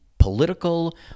political